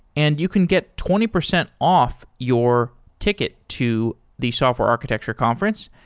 and you can get twenty percent off your ticket to the software architecture conference.